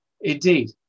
indeed